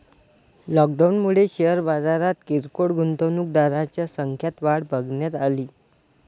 लॉकडाऊनमुळे शेअर बाजारात किरकोळ गुंतवणूकदारांच्या संख्यात वाढ बघण्यात अली